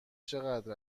چقدر